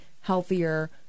healthier